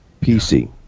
PC